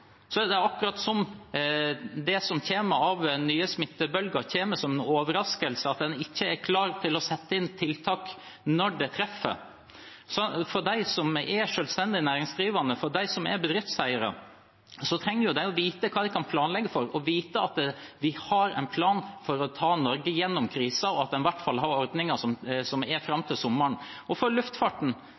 av nye smittebølger, kommer som en overraskelse, og en er ikke klar til å sette inn tiltak når det treffer. De som er selvstendig næringsdrivende og bedriftseiere, trenger å vite hva de kan planlegge for og vite at vi har en plan for å ta Norge igjennom krisen, og at en i hvert fall har ordninger som varer fram til sommeren. Når det gjelder luftfarten,